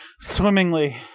Swimmingly